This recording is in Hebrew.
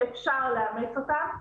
שאפשר לאמץ אותם.